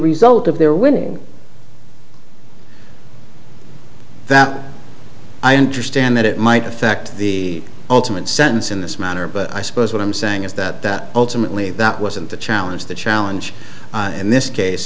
result of their winning that i understand that it might affect the ultimate sense in this manner but i suppose what i'm saying is that that ultimately that wasn't the challenge the challenge in this case